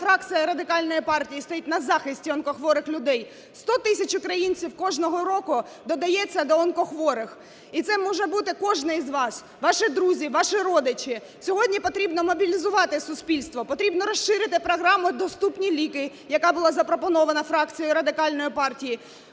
фракція Радикальної партії стоїть на захисті онкохворих людей. 100 тисяч українців кожного року додається до онкохворих, і це може бути кожний з вас, ваші друзі, ваші родичі. Сьогодні потрібно мобілізувати суспільство, потрібно розширити програму "Доступні ліки", яка була запропонована фракцією Радикальної партії.